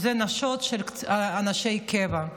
שהיא נשות אנשי הקבע.